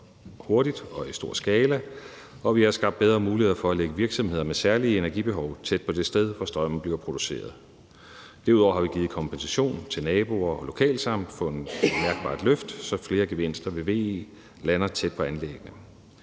hurtigt og i stor skala, og vi har skabt bedre muligheder for at lægge virksomheder med særlige energibehov tæt på det sted, hvor strømmen bliver produceret. Derudover har vi givet kompensation til naboer og har givet lokalsamfund et mærkbart løft,så flere gevinster ved VE lander tæt på anlæggene.